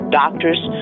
doctor's